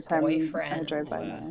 boyfriend